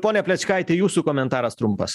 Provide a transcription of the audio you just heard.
pone plečkaiti jūsų komentaras trumpas